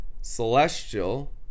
celestial